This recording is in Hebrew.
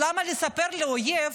למה לספר לאויב